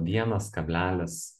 vienas kablelis